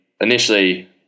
initially